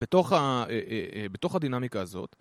בתוך הדינמיקה הזאת